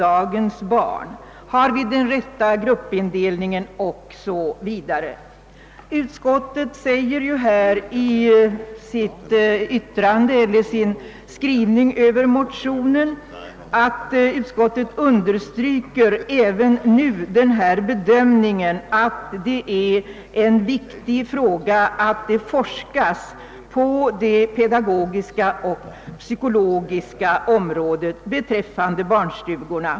En annan frågeställning man kan göra är: Är dagens barnstuga utformad för dagens barn? Har vi de rätta gruppindelningarna? ———.» I sitt utlåtande över motionen understryker utskottet, att det är viktigt att det forskas på det pedagogisk-psykologiska området beträffande barnstugorna.